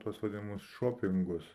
tuos vadinamus šopingus